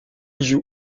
joue